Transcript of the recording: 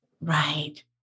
Right